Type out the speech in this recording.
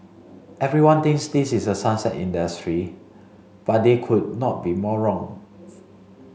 everyone thinks this is a sunset industry but they could not be more wrong